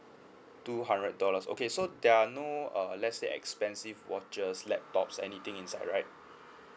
two hundred dollars okay so there are no uh let's say expensive watches laptops anything inside right